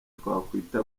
twakwita